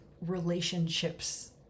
relationships